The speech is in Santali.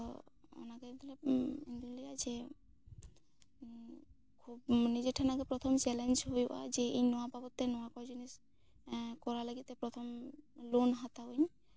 ᱛᱚ ᱚᱱᱟᱜᱮ ᱦᱤᱞᱟᱹᱜ ᱢᱤᱫᱫᱤᱱ ᱞᱟᱹᱭᱟ ᱡᱮ ᱠᱷᱩᱵ ᱱᱤᱡᱮ ᱴᱷᱮᱱ ᱜᱮ ᱯᱨᱚᱛᱷᱚᱢ ᱪᱮᱞᱮᱱᱡᱽ ᱦᱩᱭᱩᱜᱼᱟ ᱡᱮ ᱤᱧ ᱱᱚᱣᱟ ᱵᱟᱵᱚᱛ ᱛᱮ ᱱᱚᱣᱟ ᱠᱚ ᱡᱤᱱᱤᱥ ᱠᱚᱨᱟᱣ ᱞᱟᱹᱜᱤᱫ ᱛᱮ ᱯᱨᱚᱛᱷᱚᱢ ᱞᱳᱱ ᱦᱟᱛᱟᱣᱤᱧ